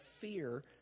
fear